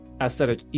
Aesthetic